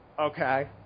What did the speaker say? okay